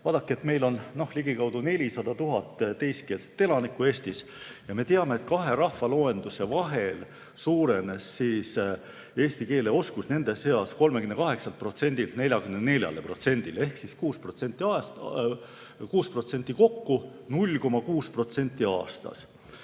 Vaadake, meil on ligikaudu 400 000 teiskeelset elanikku Eestis, ja me teame, et kahe rahvaloenduse vahel suurenes eesti keele oskus nende seas 38%-lt 44%-le ehk siis 6% kokku, 0,6% aastas.